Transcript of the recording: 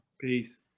Peace